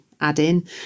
add-in